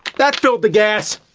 that filled the gas.